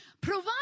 Provide